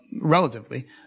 relatively